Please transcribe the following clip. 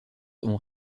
ont